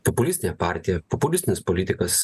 populistinė partija populistinis politikas